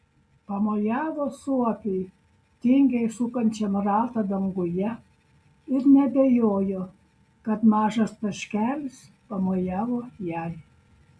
pamojavo suopiui tingiai sukančiam ratą danguje ir neabejojo kad mažas taškelis pamojavo jai